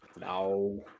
No